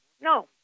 No